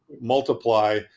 multiply